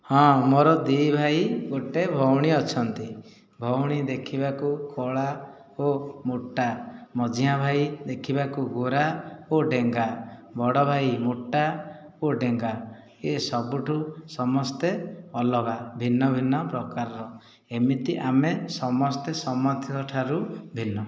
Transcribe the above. ହଁ ମୋର ଦୁଇ ଭାଇ ଗୋଟିଏ ଭଉଣୀ ଅଛନ୍ତି ଭଉଣୀ ଦେଖିବାକୁ କଳା ଓ ମୋଟା ମଝିଆଁ ଭାଇ ଦେଖିବାକୁ ଗୋରା ଓ ଡେଙ୍ଗା ବଡ଼ ଭାଇ ମୋଟା ଓ ଡେଙ୍ଗା ଏ ସବୁଠାରୁ ସମସ୍ତେ ଅଲଗା ଭିନ୍ନ ଭିନ୍ନ ପ୍ରକାରର ଏମିତି ଆମେ ସମସ୍ତେ ସମସ୍ତଙ୍କଠାରୁ ଭିନ୍ନ